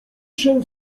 się